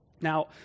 Now